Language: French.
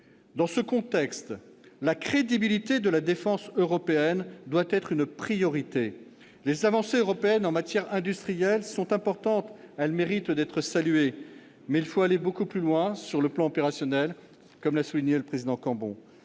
Dans ce contexte, la crédibilité de la défense européenne doit être une priorité. Les avancées européennes en matière industrielle sont importantes, elles méritent d'être saluées. Mais il faut aller beaucoup plus loin sur le plan opérationnel, comme l'a souligné le président Cambon.